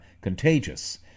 contagious